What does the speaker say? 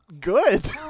good